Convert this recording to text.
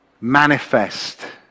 manifest